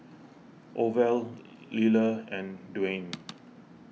Orvel Liller and Dwaine